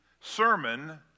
sermon